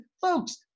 folks